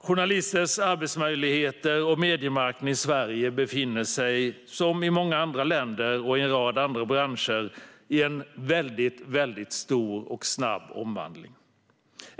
Journalisters arbetsmöjligheter och mediemarknaden i Sverige befinner sig, som i många andra länder och i en rad andra branscher, i en väldigt stor och snabb omvandling.